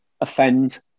offend